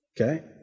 Okay